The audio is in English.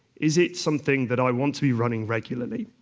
is it something that i want to be running regularly?